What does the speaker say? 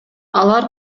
алар